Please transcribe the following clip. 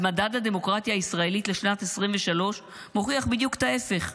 אז מדד הדמוקרטיה הישראלית לשנת 2023 מוכיח בדיוק את ההפך: